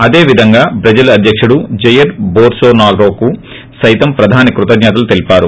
అదేవిధంగా బ్రిజిల్ అధ్యకుడు జెయిర్ బోల్చోనారోకు సైతం ప్రధాని కృతజ్ఞతలు తెలిపారు